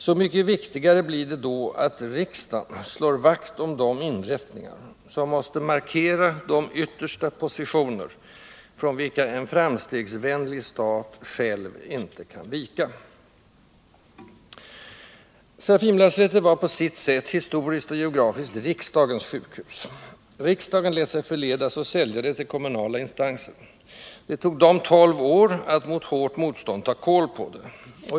Så mycket viktigare blir det då att riksdagen slår vakt om de inrättningar, som måste markera de yttersta positioner, från vilka en framstegsvänlig stat själv icke kan vika. Serafimerlasarettet var på sitt sätt, historiskt och geografiskt, riksdagens sjukhus. Riksdagen lät sig förledas att sälja det till kommunala instanser. Det tog dem tolv år att — mot hårt motstånd — ta kål på det.